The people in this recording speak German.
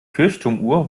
kirchturmuhr